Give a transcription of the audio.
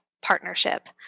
partnership